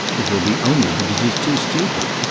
it will be only because he's too stupid.